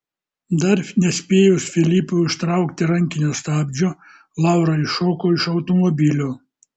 dar nespėjus filipui užtraukti rankinio stabdžio laura iššoko iš automobilio